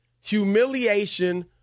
humiliation